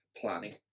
planning